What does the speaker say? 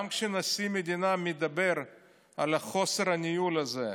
גם כשנשיא המדינה מדבר על חוסר הניהול הזה,